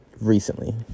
Recently